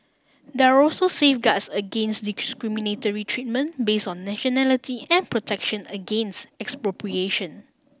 there're also safeguards against discriminatory treatment base on nationality and protection against expropriation